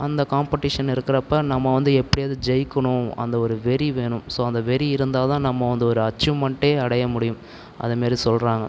அந்த காம்பட்டேஷன் இருக்குறப்போ நம்ம வந்து எப்படியாது ஜெயிக்கணும் அந்த ஒரு வெறி வேணும் ஸோ அந்த வெறி இருந்தால்தான் நம்ம வந்து ஒரு அச்சீவ்மென்ட்டே அடைய முடியும் அத மேரி சொல்லுறாங்க